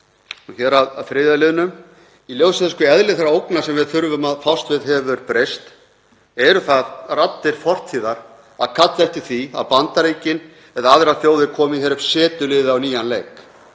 Hér að 3. liðnum. Í ljósi þess hve eðli þeirra ógna sem við þurfum að fást við hefur breyst eru það raddir fortíðar að kalla eftir því að Bandaríkin eða aðrar þjóðir komi upp setuliði á nýjan leik.